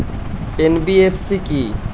NBFC কী?